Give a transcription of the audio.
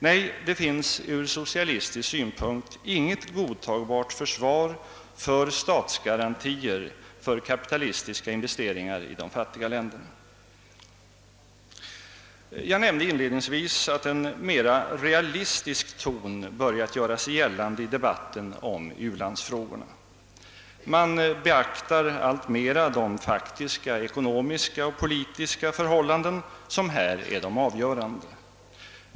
Nej, det finns ur socialistisk synpunkt inget godtagbart försvar för statsgarantier för kapitalistiska investeringar i de fattiga länderna. Jag nämnde inledningsvis att en mera realistisk ton börjat göra sig gällande i debatten om u-landsfrågorna. Man beaktar alltmera de faktiska ekonomiska och politiska förhållanden som härvidlag är de avgörande.